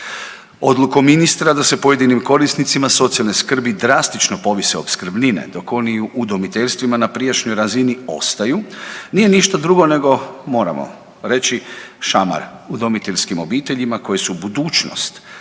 Odlukom ministra da se pojedinim korisnicima socijalne skrbi drastično povise opskrbnine dok oni u udomiteljstvima na prijašnjoj razini ostaju nije ništa drugo nego moramo reći šamar udomiteljskim obiteljima koje su budućnost